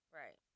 right